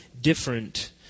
different